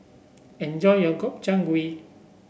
enjoy your Gobchang Gui